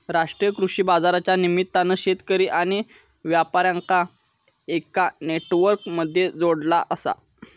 राष्ट्रीय कृषि बाजारच्या निमित्तान शेतकरी आणि व्यापार्यांका एका नेटवर्क मध्ये जोडला आसा